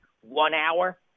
one-hour